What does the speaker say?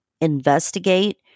investigate